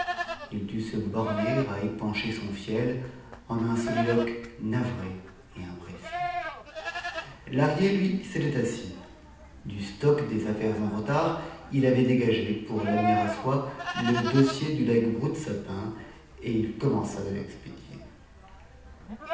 il dut se borner à épancher son fiel en un soliloque navré et imprécis lahrier lui s'était assis du stock des affaires en retard il avait dégagé pour l'amener à soi le dossier du legs broutesapin et il commença de l'expédier